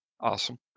Awesome